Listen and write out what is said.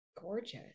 Gorgeous